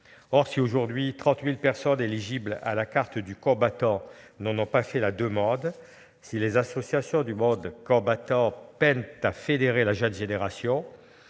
Or, si aujourd'hui 30 000 personnes éligibles à la carte du combattant n'en ont pas fait la demande, si les associations du monde combattant peinent à fédérer la jeune génération,